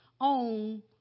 on